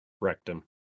Rectum